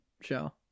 show